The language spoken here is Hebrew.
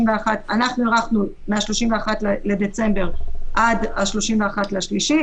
שאנחנו הארכנו מה-31 בדצמבר עד ה-31 במרץ,